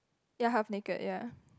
ya half naked ya